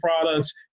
products